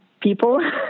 people